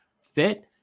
fit